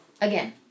again